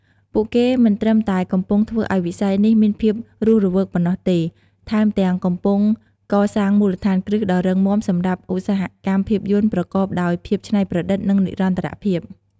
ពួកគេមិនត្រឹមតែកំពុងធ្វើឱ្យវិស័យនេះមានភាពរស់រវើកប៉ុណ្ណោះទេ ថែមទាំងកំពុងកសាងមូលដ្ឋានគ្រឹះដ៏រឹងមាំសម្រាប់ឧស្សាហកម្មភាពយន្តប្រកបដោយភាពច្នៃប្រឌិត និងនិរន្តរភាព។